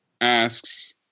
asks